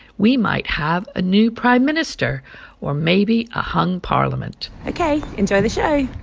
we might have a new prime minister or maybe a hung parliament ok, enjoy the show